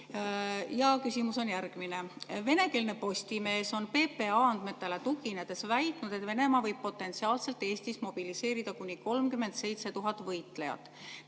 Küsimus on järgmine. Venekeelne Postimees on PPA andmetele tuginedes väitnud, et Venemaa võib potentsiaalselt Eestis mobiliseerida kuni 37 000 võitlejat.